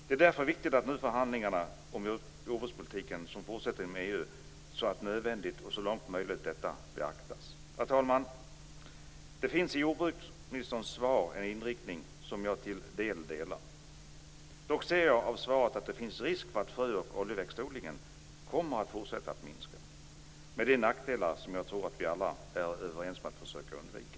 Det är därför viktigt att man vid förhandlingarna om jordbrukspolitiken som fortsätter inom EU så långt det är möjligt beaktar detta. Fru talman! Det finns i jordbruksministerns svar en inriktning som jag till en del delar. Dock ser jag av svaret att det finns risk för att frö och oljeväxtodlingen kommer att fortsätta att minska med de nackdelar som jag tror att vi alla är överens om att försöka undvika.